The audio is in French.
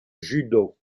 judo